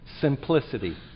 simplicity